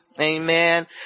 Amen